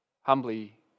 Humbly